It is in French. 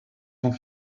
sans